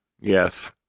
Yes